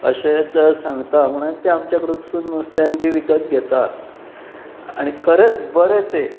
अशें ते सांगता म्हणून तें आमचे कडनसून नुस्त्याक बी विकत घेता आनी खरेंच बरें ते